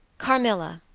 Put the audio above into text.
carmilla,